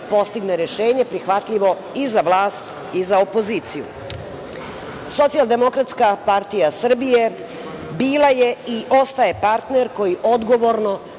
postigne rešenje prihvatljivo i za vlast i za opoziciju. Socijaldemokratska partija Srbije bila je i ostaje partner koji odgovorno,